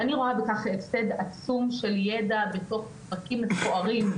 אני רואה בכך הפסד עצום של ידע בתוך פרקים מפוארים,